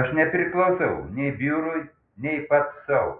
aš nepriklausau nei biurui nei pats sau